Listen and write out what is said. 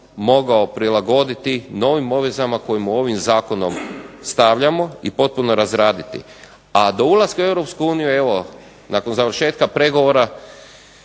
mogao prilagoditi novim obvezama koje mu ovim Zakonom stavljamo i potpuno razraditi, a do ulaska u Europsku uniju evo nakon završetka pregovora